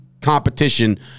Competition